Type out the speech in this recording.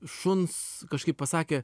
šuns kažkaip pasakė